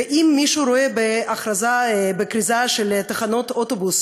ואם מישהו רואה בכריזה בתחנות אוטובוס